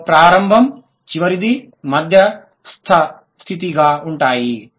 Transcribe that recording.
ఇందులో ప్రారంభ చివరిది మధ్యస్థ స్థితి గా ఉంటాయి